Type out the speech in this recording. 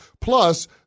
Plus